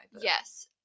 Yes